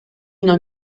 non